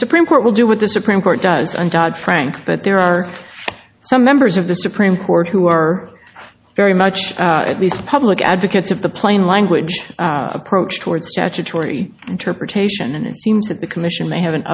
supreme court will do what the supreme court does on dodd frank but there are some members of the supreme court who are very much at least public advocates of the plain language approach toward statutory interpretation and it seems that the commission may have an